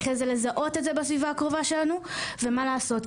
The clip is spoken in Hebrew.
איך לזהות את זה בסביבה הקרובה שלנו ומה לעשות,